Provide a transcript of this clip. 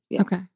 Okay